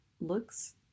looks